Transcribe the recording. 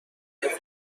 ایرانی